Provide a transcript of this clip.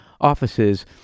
offices